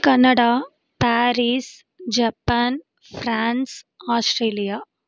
Canada Paris Japan France Australia